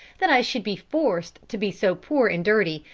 that i should be forced to be so poor and dirty,